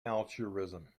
altruism